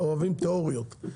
אוהבים תיאוריות,